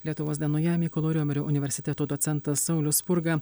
lietuvos dienoje mykolo riomerio universiteto docentas saulius spurga